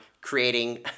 creating